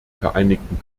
vereinigten